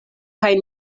kaj